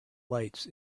lights